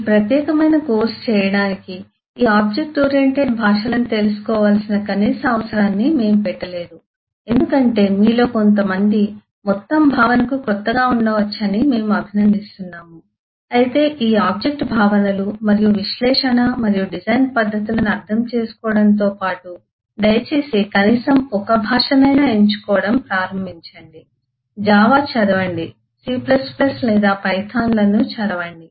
ఈ ప్రత్యేకమైన కోర్సు చేయడానికి ఈ ఆబ్జెక్ట్ ఓరియెంటెడ్ భాషలను తెలుసుకోవలసిన కనీసావసరాన్ని మేము పెట్టలేదు ఎందుకంటే మీలో కొంతమంది మొత్తం భావనకు క్రొత్తగా ఉండవచ్చని మేము అభినందిస్తున్నాము అయితే ఈ ఆబ్జెక్ట్ భావనలు మరియు విశ్లేషణ మరియు డిజైన్ పద్ధతులను అర్థం చేసుకోవడంతో పాటు దయచేసి కనీసం ఒక భాషనైనా ఎంచుకోవడం ప్రారంభించండి జావా చదవండి C లేదా పైథాన్లను చదవండి